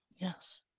Yes